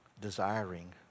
desiring